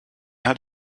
hat